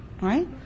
Right